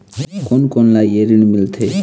कोन कोन ला ये ऋण मिलथे?